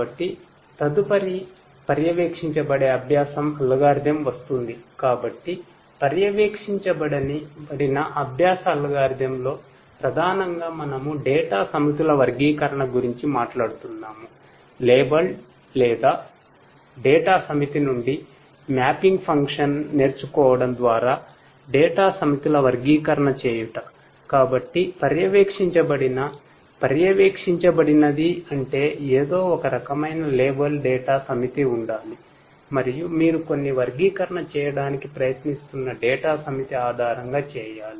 కాబట్టి తదుపరి పర్యవేక్షించబడే అభ్యాస అల్గారిథమ్ సమితి ఆధారంగా చేయాలి